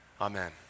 Amen